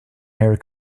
hair